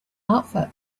outfit